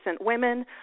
women